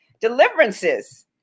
deliverances